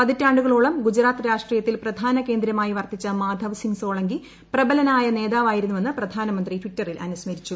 പതിറ്റാണ്ടുകളോളം ഗുജറാത്ത് രാഷ്ട്രീയത്തിൽ പ്രധാന കേന്ദ്രമായി വർത്തിച്ച മാധവ് സിങ് സോളങ്കി പ്രബലനായ നേതാവായിരുന്നുവെന്ന് പ്രധാനമന്ത്രി ടിറ്ററിൽ അനുസ്മരിച്ചു